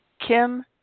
Kim